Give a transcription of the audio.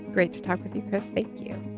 great to talk with you, chris. thank you.